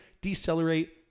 decelerate